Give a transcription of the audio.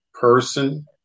person